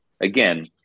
again